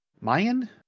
Mayan